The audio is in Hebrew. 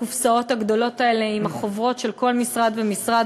הקופסאות הגדולות האלה עם החוברות של כל משרד ומשרד,